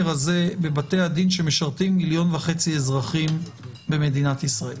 הזה בבתי הדין שמשרתים מיליון וחצי אזרחים במדינת ישראל.